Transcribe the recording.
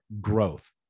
growth